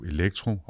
Elektro